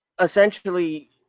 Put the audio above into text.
essentially